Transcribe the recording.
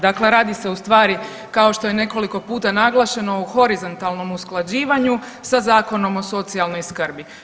Dakle, radi se ustvari kao što je i nekoliko puta naglašeno o horizontalnom usklađivanju sa zakonom o socijalnoj skrbi.